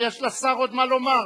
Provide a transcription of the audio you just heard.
יש לשר עוד מה לומר.